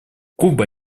куба